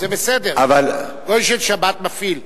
זה בסדר, גוי של שבת מפעיל.